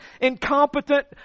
incompetent